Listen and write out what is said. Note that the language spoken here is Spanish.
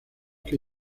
que